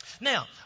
Now